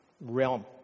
realm